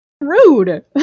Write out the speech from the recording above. Rude